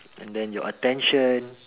and then your attention